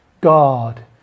God